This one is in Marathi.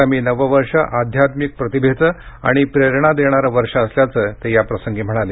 आगामी नव वर्ष आध्यात्मिक प्रतिभेचं आणि प्रेरणा देणारं वर्ष असल्याचं ते याप्रसंगी म्हणाले